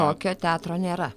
tokio teatro nėra